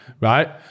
right